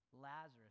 Lazarus